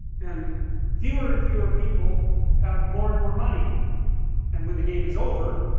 and fewer and fewer people have more and more money and when the game is over